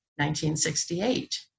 1968